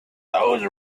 those